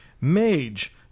Mage